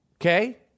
Okay